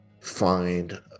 find